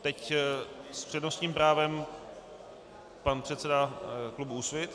Teď s přednostním právem pan předseda klubu Úsvit.